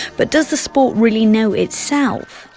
but does the sport really know itself?